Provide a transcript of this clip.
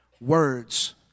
Words